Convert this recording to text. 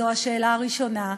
זו השאלה הראשונה,